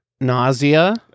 Nausea